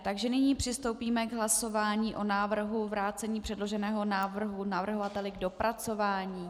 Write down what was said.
Takže nyní přistoupíme k hlasování o návrhu vrácení předloženého návrhu navrhovateli k dopracování.